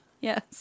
Yes